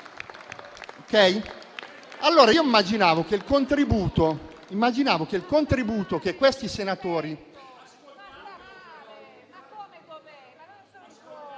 Commenti)*. Immaginavo che il contributo che questi senatori...